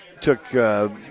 took